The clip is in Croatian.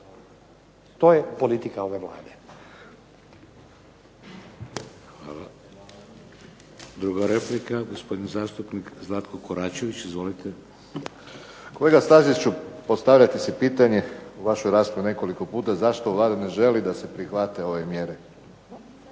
To je politika ove Vlade.